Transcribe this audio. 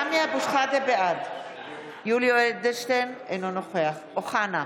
בעד יולי יואל אדלשטיין, אינו נוכח אמיר אוחנה,